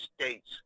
states